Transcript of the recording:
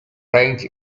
range